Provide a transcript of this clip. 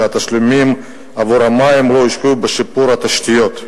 כשהתשלומים עבור המים לא הושקעו בשיפור התשתיות.